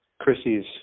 Chrissy's